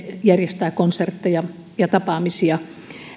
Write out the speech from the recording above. järjestää konsertteja ja tapaamisia